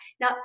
Now